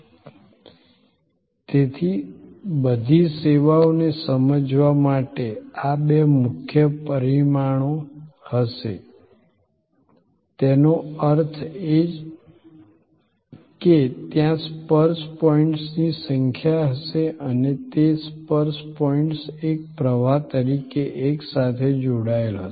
સંદર્ભ સમય 1245 તેથી બધી સેવાઓને સમજવા માટે આ બે મુખ્ય પરિમાણો હશે તેનો અર્થ એ કે ત્યાં સ્પર્શ પોઈન્ટ્સની સંખ્યા હશે અને તે સ્પર્શ પોઈન્ટ એક પ્રવાહ તરીકે એકસાથે જોડાયેલા હશે